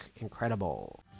Incredible